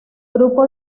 grupo